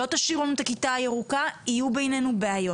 אם לא תשאירו לנו את מתווה הכיתה הירוקה יהיו בינינו בעיות,